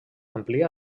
amplia